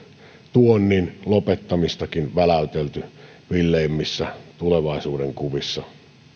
tuonnin lopettamistakin väläytelty villeimmissä tulevaisuudenkuvissa